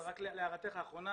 אבל רק להערתך האחרונה,